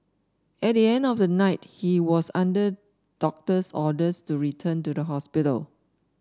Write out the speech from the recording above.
at the end of the night he was under doctor's orders to return to the hospital